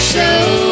Show